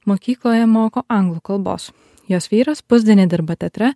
mokykloje moko anglų kalbos jos vyras pusdienį dirba teatre